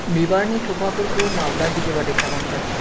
बिबारनि थफाफोरखौ माब्ला डेलिबारि खालामगोन